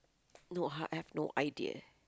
no I have no idea